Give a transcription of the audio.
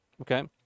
Okay